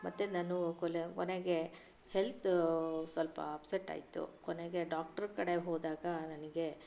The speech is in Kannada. ಮತ್ತೆ ನಾನು ಕೊಲ ಕೊನೆಗೆ ಹೆಲ್ತ್ ಸ್ವಲ್ಪ ಅಪ್ಸೆಟ್ ಆಯಿತು ಕೊನೆಗೆ ಡಾಕ್ಟರ್ ಕಡೆ ಹೋದಾಗ ನನಗೆ